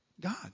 God